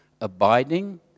Abiding